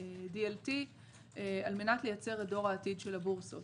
DLT על מנת לייצר את דור העתיד של הבורסות.